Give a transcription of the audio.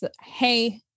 hey